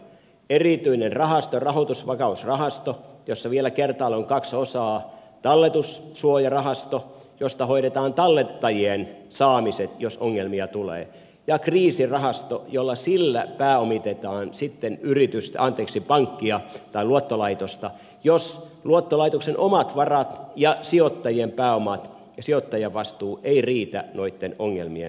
erityinen rahoitusvakausrahasto jossa vielä kertaalleen on kaksi osaa talletussuojarahasto josta hoidetaan tallettajien saamiset jos ongelmia tulee ja kriisirahasto jolla pääomitetaan pankkia tai luottolaitosta jos luottolaitoksen omat varat ja sijoittajien vastuu eivät riitä noitten ongelmien hoitamiseen